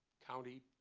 county